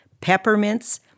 peppermints